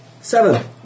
Seven